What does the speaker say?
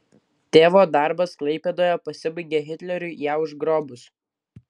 tėvo darbas klaipėdoje pasibaigė hitleriui ją užgrobus